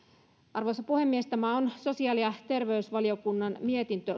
arvoisa puhemies tämä on sosiaali ja terveysvaliokunnan mietintö